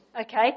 Okay